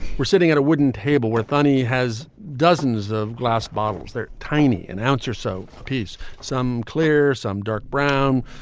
we're sitting at a wooden table where thorney has dozens of glass bottles. they're tiny. an ounce or so piece, some clear, some dark brown,